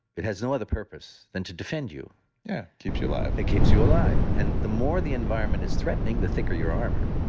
it has no other purpose than to defend you yeah. keeps you alive it keeps you alive. and the more the environment is threatening, the thicker your armor.